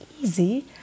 easy